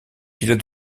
pilotes